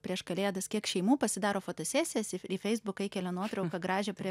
prieš kalėdas kiek šeimų pasidaro fotosesijas į į feisbuką įkelia nuotrauką gražią prie